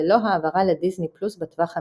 ללא העברה לדיסני+ בטווח המיידי.